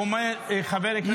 חבר הכנסת מנסור עבאס, תודה רבה.